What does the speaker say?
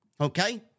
Okay